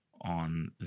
on